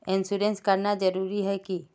Insurance कराना जरूरी ही है की?